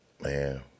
Man